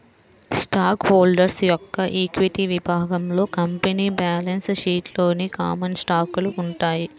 stock holder యొక్క equity విభాగంలో company balance షీట్లోని కామన్ స్టాకులు ఉంటాయి